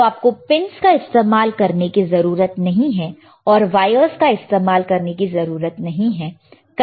तो आपको पिनस का इस्तेमाल करने की जरूरत नहीं है और वायरस का इस्तेमाल करने की जरूरत नहीं है कनेक्ट करने के लिए